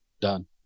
done